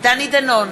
דני דנון,